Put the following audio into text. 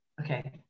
okay